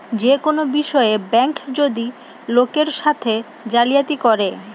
যে কোনো বিষয়ে ব্যাঙ্ক যদি লোকের সাথে জালিয়াতি করে